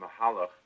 mahalach